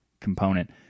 component